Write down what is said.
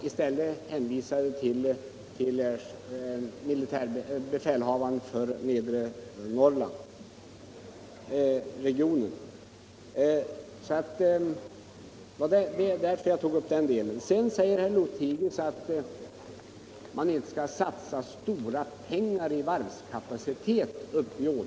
I stället hade jag hänvisat till vad militärbefälhavaren för Nedre Norrlands militärområde ansett — det var därför jag tog upp frågan om en lokalisering vill den delen. Herr Lothigius sade också att man inte bör satsa stora pengar i varvskapacitet uppe i Ådalen.